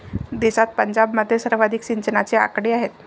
देशात पंजाबमध्ये सर्वाधिक सिंचनाचे आकडे आहेत